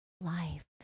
life